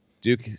duke